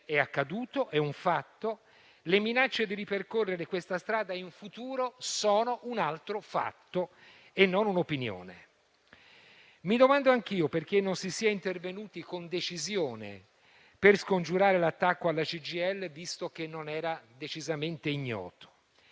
è accaduto, è un fatto; le minacce di ripercorrere questa strada in un futuro sono un altro fatto e non un'opinione. Mi domando anch'io perché non si sia intervenuti con decisione per scongiurare l'attacco alla CGIL visto che non era decisamente ignoto,